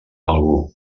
algú